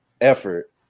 effort